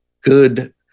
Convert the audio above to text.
good